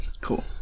Cool